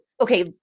okay